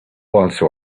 also